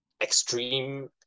extreme